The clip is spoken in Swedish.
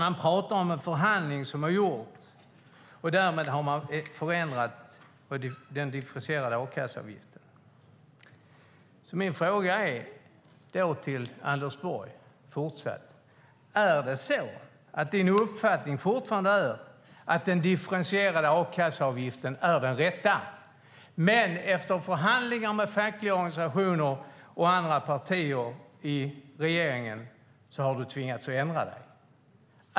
Han talade om en förhandling som har skett, och därmed har man förändrat den differentierade a-kasseavgiften. Min fråga till Anders Borg är fortfarande: Är din uppfattning fortfarande att den differentierade a-kasseavgiften är den rätta men att du efter förhandlingar med fackliga organisationer och andra partier i regeringen har tvingats ändra dig?